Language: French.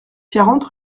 quarante